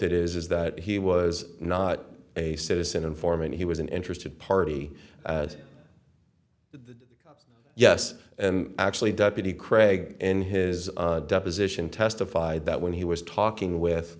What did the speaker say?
with it is that he was not a citizen informant he was an interested party yes and actually deputy craig in his deposition testified that when he was talking with